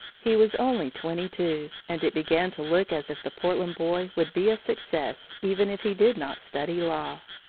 he was only twenty-two, and it began to look as if the portland boy would be a success even if he did not study law.